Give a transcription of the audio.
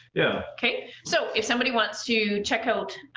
yeah okay, so, if somebody wants to check out